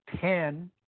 ten